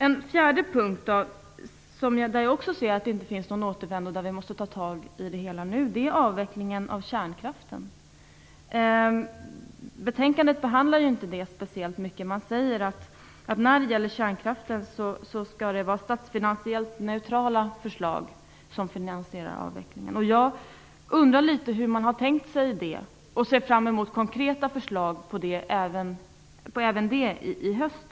En fjärde punkt där det inte finns någon återvändo är avvecklingen av kärnkraften. Den måste vi ta tag i nu. I betänkandet tas den inte upp särskilt mycket. Det sägs att förslag om avveckling av kärnkraften skall vara statsfinansiellt neutrala. Jag undrar hur man har tänkt sig det. Jag ser fram emot konkreta förslag även på detta område i höst.